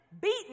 beaten